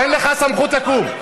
אין לך סמכות לקום.